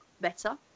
better